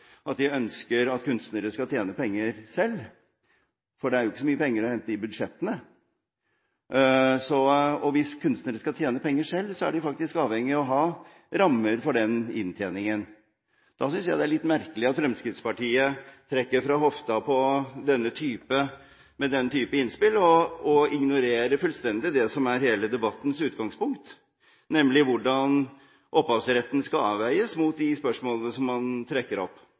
at de ønsker at kunstnere skal tjene penger selv, for det er jo ikke så mye penger å hente i budsjettene. Hvis kunstnerne skal tjene penger selv, er de faktisk avhengig av å ha rammer for inntjeningen. Da synes jeg det er litt merkelig at Fremskrittspartiet trekker fra hoften med den typen innspill og ignorerer fullstendig det som er hele debattens utgangspunkt, nemlig hvordan opphavsretten skal avveies mot de spørsmålene man trekker opp.